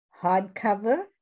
hardcover